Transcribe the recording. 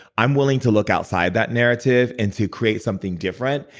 i'm willing to look outside that narrative and to create something different,